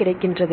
கிடைக்கின்றன